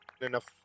enough